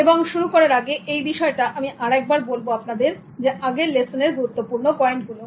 এবং শুরু করার আগে এই বিষয়টা আমি আর একবার বলবো আপনাদের আগের লেসনের এর গুরুত্বপূর্ণ পয়েন্ট গুলো